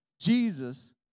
Jesus